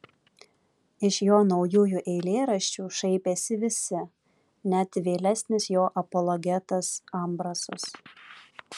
iš jo naujųjų eilėraščių šaipėsi visi net vėlesnis jo apologetas ambrasas